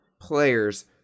players